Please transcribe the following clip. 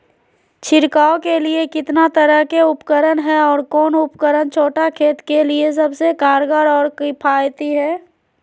छिड़काव के लिए कितना तरह के उपकरण है और कौन उपकरण छोटा खेत के लिए सबसे कारगर और किफायती है?